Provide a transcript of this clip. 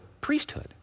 priesthood